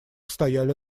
стояли